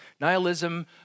Nihilism